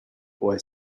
boy